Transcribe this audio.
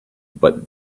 but